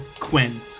Quinn